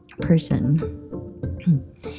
person